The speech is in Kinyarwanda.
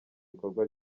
bikorwa